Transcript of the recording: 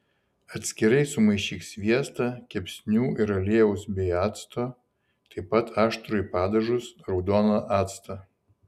atskirai sumaišyk sviestą kepsnių ir aliejaus bei acto taip pat aštrųjį padažus raudoną actą